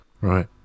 right